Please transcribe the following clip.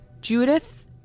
Judith